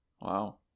Wow